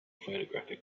photographic